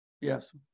Yes